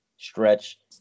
stretch